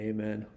Amen